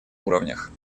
уровнях